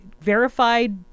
verified